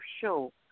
show